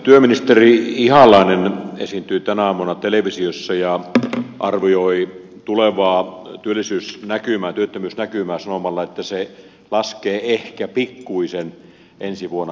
työministeri ihalainen esiintyi tänä aamuna televisiossa ja arvioi tulevaa työllisyysnäkymää sanomalla että se laskee ehkä pikkuisen ensi vuonna